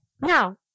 Now